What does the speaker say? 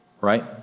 right